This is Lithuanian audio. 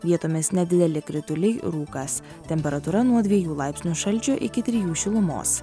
vietomis nedideli krituliai rūkas temperatūra nuo dviejų laipsnių šalčio iki trijų šilumos